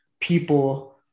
people